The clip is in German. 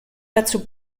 dazu